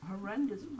horrendous